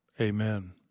Amen